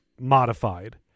modified